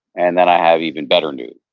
and then i have even better news.